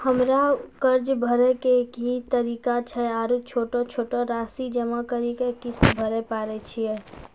हमरा कर्ज भरे के की तरीका छै आरू छोटो छोटो रासि जमा करि के किस्त भरे पारे छियै?